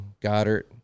Goddard